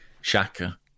Shaka